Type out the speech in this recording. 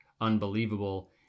unbelievable